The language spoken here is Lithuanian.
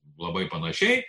labai panašiai